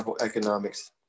economics